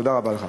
תודה רבה לך.